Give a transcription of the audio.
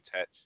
touch